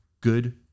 good